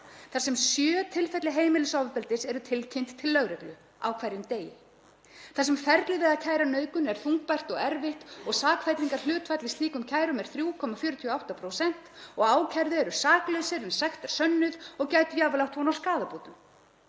Þar sem sjö tilfelli heimilisofbeldis eru tilkynnt til lögreglu á hverjum degi. Þar sem ferlið við að kæra nauðgun er þungbært og erfitt og sakfellingarhlutfall í slíkum kærum er 3,48% og ákærðir eru saklausir uns sekt er sönnuð og gætu jafnvel átt von á skaðabótum.